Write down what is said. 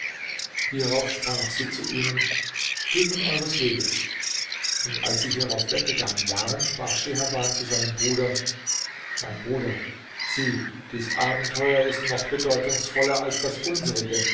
hierauf sprach sie zu ihnen geht nun eures weges und als sie hierauf weggegangen waren sprach scheherban zu seinem bruder mein bruder sieh dies abenteuer ist noch bedeutungsvoller als das unsrige